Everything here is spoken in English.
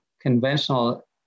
conventional